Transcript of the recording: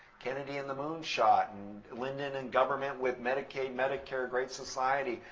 kennedy and the moonshot, and lyndon and government with medicaid, medicare, great society.